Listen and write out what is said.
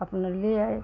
अपना ले आए